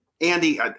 Andy